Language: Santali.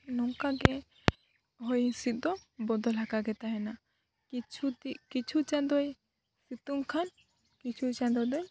ᱱᱚᱝᱠᱟᱜᱮ ᱦᱚᱭ ᱦᱤᱥᱤᱫ ᱫᱚ ᱵᱚᱫᱚᱞᱟᱠᱟᱜᱮ ᱛᱟᱦᱮᱱᱟ ᱠᱤᱪᱷᱩ ᱫᱤ ᱠᱤᱪᱷᱩ ᱪᱟᱸᱫᱚᱭ ᱥᱤᱛᱩᱝ ᱠᱷᱟᱱ ᱠᱤᱪᱷᱩ ᱪᱟᱸᱫᱚ ᱫᱚᱭ